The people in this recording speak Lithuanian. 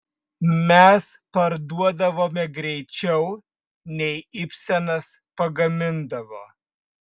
mes parduodavome greičiau nei ibsenas pagamindavo